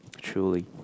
truly